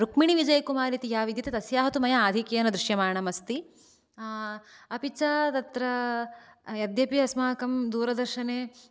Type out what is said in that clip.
रुक्मिणिविजयकुमार् इति या विद्यते तस्याः मया तु आधिक्येन दृश्यमानमस्ति अपि च तत्र यद्यपि अस्माकं दूरदर्शने